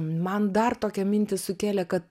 man dar tokią mintį sukėlė kad